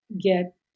get